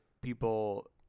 people